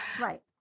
Right